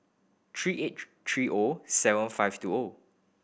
three eight three O seven five two O